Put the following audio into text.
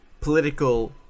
political